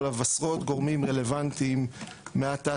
אליו עשרות גורמים רלוונטיים מהתעשייה,